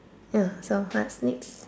ya some kind of snakes